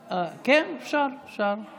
כן, אפשר, אני